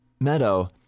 meadow